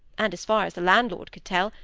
and, as far as the landlord could tell,